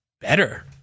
better